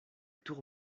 tour